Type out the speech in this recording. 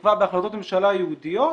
נקבע בהחלטות ממשלה ייעודיות